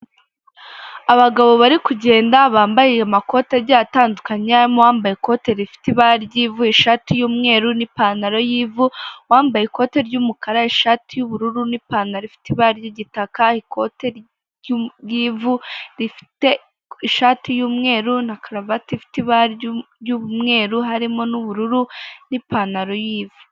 Abagabo bari kugenda bambaye amakote agiye atandukanye, harimo uwambaye ikote rifite ibara ry'ivu ishati y'umweru n'ipantaro y'ivu, uwambaye ikote ry'umukara ishatu y'ubururu n' ipantaro ifite ibara ry'igitaka, ikote ryivu rifite ishati y'umweru na karuvate ifite ibara ry'umweru harimo n'ubururu n'ipantaro y'ivu